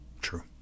True